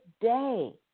day